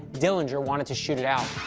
dillinger wanted to shoot it out.